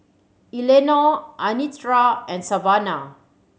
Eleanore Anitra and Savana